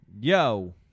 Yo